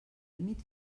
límit